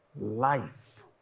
life